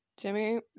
Jimmy